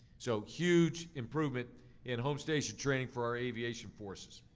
so huge improvement in home station training for our aviation forces.